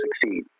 succeed